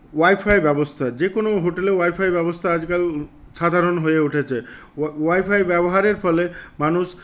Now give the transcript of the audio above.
wifi ব্যবস্থা যেকোনো হোটেলে ওয়াইফাই ব্যবস্থা আজকাল সাধারণ হয়ে উঠেছে ওয়াইফাই ব্যবহারের ফলে মানুষ